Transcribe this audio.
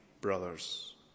brothers